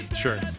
sure